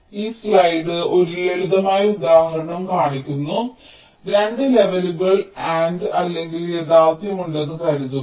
ഈ സ്ലൈഡ് ഒരു ലളിതമായ ഉദാഹരണം കാണിക്കുന്നു 2 ലെവലുകൾ A N D അല്ലെങ്കിൽ യാഥാർത്ഥ്യമുണ്ടെന്ന് കരുതുക